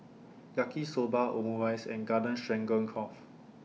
Yaki Soba Omurice and Garden Stroganoff